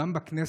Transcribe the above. גם בכנסת,